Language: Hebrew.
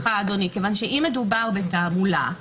--- אם מדובר בתעמולה,